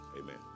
amen